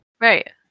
right